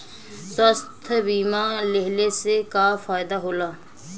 स्वास्थ्य बीमा लेहले से का फायदा होला?